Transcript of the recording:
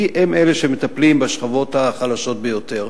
כי הם אלה שמטפלים בשכבות החלשות ביותר.